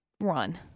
run